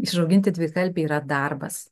išauginti dvikalbį yra darbas